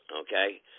Okay